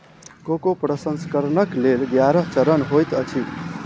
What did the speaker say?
cocoa प्रसंस्करणक लेल ग्यारह चरण होइत अछि